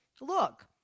look